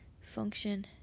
function